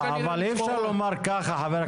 אבל אי אפשר לומר ככה, ח"כ סמוטריץ'.